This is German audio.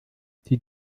die